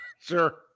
Sure